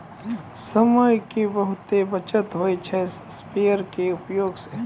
समय के बहुत बचत होय छै स्प्रेयर के उपयोग स